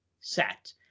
set